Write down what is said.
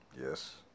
Yes